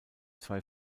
zwei